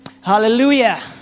hallelujah